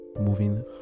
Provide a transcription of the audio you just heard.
moving